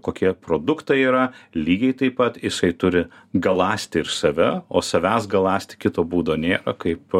kokie produktai yra lygiai taip pat jisai turi galąsti ir save o savęs galąsti kito būdo nėra kaip